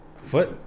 Foot